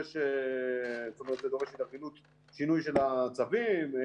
שינוי של הצווים,